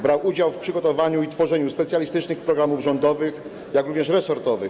Brał udział w przygotowywaniu i tworzeniu specjalistycznych programów rządowych, jak również resortowych.